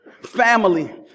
family